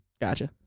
Gotcha